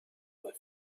have